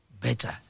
better